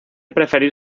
preferir